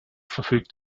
verfügt